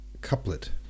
couplet